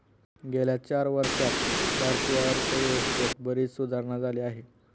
गेल्या चार वर्षांत भारतीय अर्थव्यवस्थेत बरीच सुधारणा झाली आहे